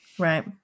Right